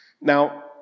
Now